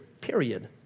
period